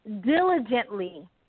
diligently